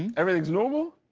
everything is normal,